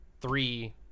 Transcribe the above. three